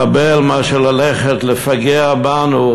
מחבל מללכת לפגע בנו,